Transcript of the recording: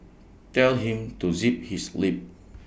tell him to zip his lip